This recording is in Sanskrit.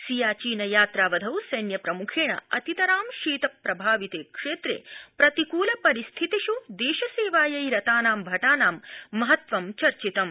सियाचीन यात्रा वधौ सैन्यप्रमुखेण अतितरां शीतप्रभाविते क्षेत्रे प्रतिकूल परिस्थितिष् देशसेवायै रतानां भटाना चर्चितम्